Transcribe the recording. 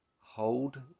hold